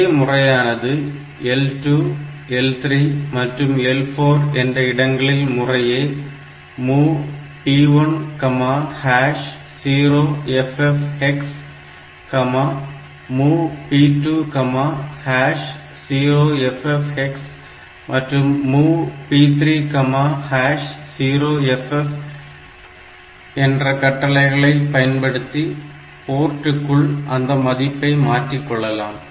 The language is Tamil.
இதே முறையானது L2 L3 மற்றும் L4 என்ற இடங்களில் முறையே MOV P10FFhex MOV P20FF hex மற்றும் MOV P30FF என்ற கட்டளைகளை பயன்படுத்தி போர்ட்டுக்குள் அந்த மதிப்பை மாற்றிக்கொள்ளலாம்